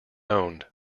owned